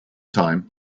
time